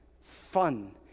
fun